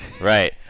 Right